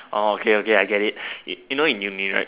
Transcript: orh okay okay I get it you you know in Uni right